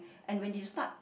and when you start